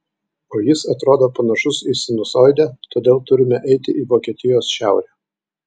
o jis atrodo panašus į sinusoidę todėl turime eiti į vokietijos šiaurę